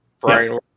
Brian